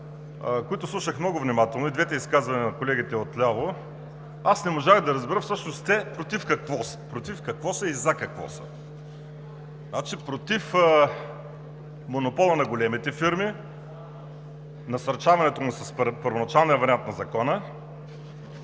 които слушах много внимателно – и двете изказвания на колегите отляво, аз не можах да разбера всъщност те против какво са и за какво са. Значи, против монопола на големите фирми, насърчаването му с първоначалния вариант на Закона